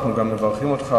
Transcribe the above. אנחנו גם מברכים אותך,